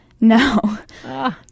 No